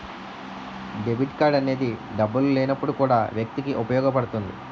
debit card అనేది డబ్బులు లేనప్పుడు కూడా వ్యక్తికి ఉపయోగపడుతుంది